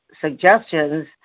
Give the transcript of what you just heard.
suggestions